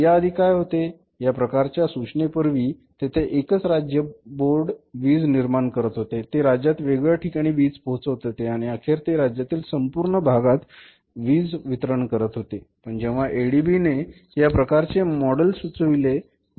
या आधी काय होते या प्रकाराच्या सूचनेपूर्वी तेथे एकच राज्य बोर्ड वीज निर्माण करीत होते ते राज्यात वेगवेगळ्या ठिकाणी वीज पोहचवत होते आणि अखेर ते राज्यातील संपूर्ण भागात घराघरात वीज वितरण करत होते पण जेव्हा एडीबीने या प्रकारचे मॉडेल सुचविले होते